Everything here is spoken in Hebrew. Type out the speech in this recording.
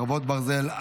חרבות ברזל),